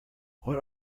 what